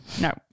No